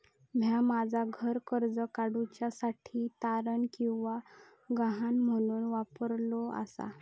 म्या माझा घर कर्ज काडुच्या साठी तारण किंवा गहाण म्हणून वापरलो आसा